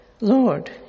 Lord